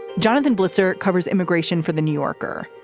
jonathan blitzer covers immigration for the new yorker